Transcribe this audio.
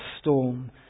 storm